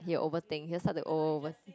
he'll overthink he'll start to over~